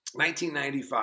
1995